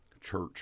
church